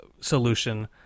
solution